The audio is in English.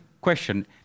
question